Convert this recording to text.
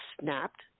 snapped